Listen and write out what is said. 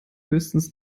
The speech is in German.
höchstens